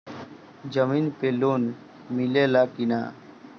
जमीन पे लोन मिले ला की ना?